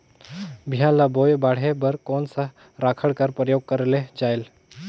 बिहान ल बोये बाढे बर कोन सा राखड कर प्रयोग करले जायेल?